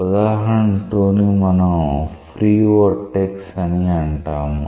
ఉదాహరణ 2 ని మనం ఫ్రీ వొర్టెక్స్ అని అంటాము